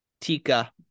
Tika